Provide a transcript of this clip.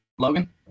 Logan